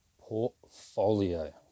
Portfolio